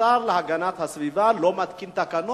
השר להגנת הסביבה לא מתקין תקנות.